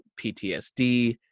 PTSD